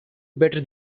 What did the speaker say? better